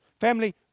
Family